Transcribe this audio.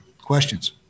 Questions